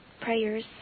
prayers